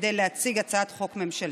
כדי להציג הצעת חוק ממשלתית.